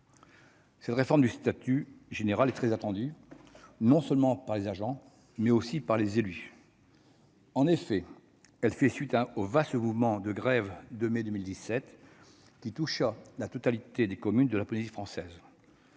Cette réforme du statut général est très attendue, non seulement par les agents, mais également par les élus. En effet, elle fait suite au vaste mouvement de grève de mai 2017, qui toucha la totalité des communes de la Polynésie française,